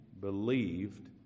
believed